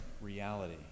reality